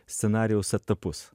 scenarijaus etapus